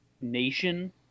Nation